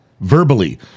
verbally